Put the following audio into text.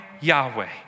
Yahweh